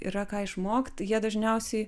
yra ką išmokt jie dažniausiai